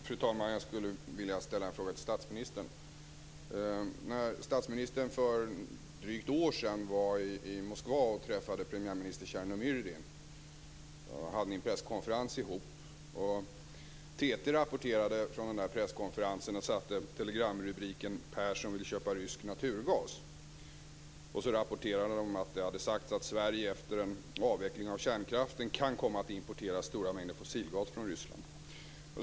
Fru talman! Jag vill ställa en fråga till statsministern. När statsministern för drygt ett år sedan var i Moskva och träffade premiärminister Tjernomyrdin hade de en presskonferens ihop. TT rapporterade därifrån, och satte telegramrubriken: Persson vill köpa rysk naturgas. TT rapporterade att det hade sagts att Sverige efter en avveckling av kärnkraften kan komma att importera stora mängder fossilgas från Ryssland.